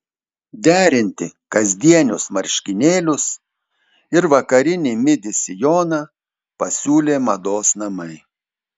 derinti kasdienius marškinėlius ir vakarinį midi sijoną pasiūlė mados namai